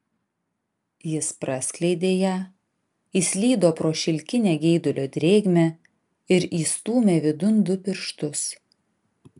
jis praskleidė ją įslydo pro šilkinę geidulio drėgmę ir įstūmė vidun du pirštus